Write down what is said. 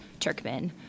Turkmen